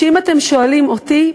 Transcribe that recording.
אם אתם שואלים אותי,